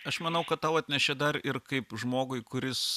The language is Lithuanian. aš manau kad tau atnešė dar ir kaip žmogui kuris